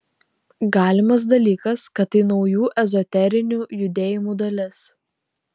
galimas dalykas kad tai naujų ezoterinių judėjimų dalis